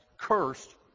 cursed